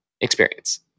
experience